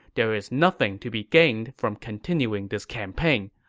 there is nothing to be gained from continuing this campaign.